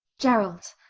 gerald,